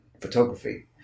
photography